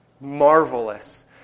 marvelous